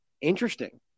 Interesting